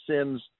Sims